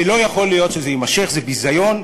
ולא יכול להיות שזה יימשך, זה ביזיון.